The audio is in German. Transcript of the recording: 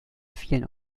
vielen